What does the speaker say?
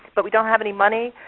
but we don't have any money.